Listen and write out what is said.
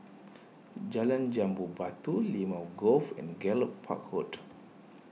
Jalan Jambu Batu Limau Grove and Gallop Park Road